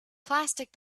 plastic